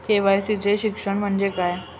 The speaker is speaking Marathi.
के.वाय.सी चे शिक्षण म्हणजे काय?